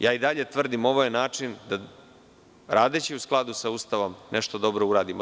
Ja i dalje tvrdim, ovo je način da, radeći u skladu sa Ustavom, nešto dobro uradimo.